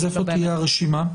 אז איפה תהיה הרשימה?